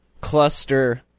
cluster